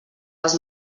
les